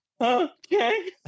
okay